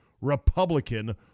Republican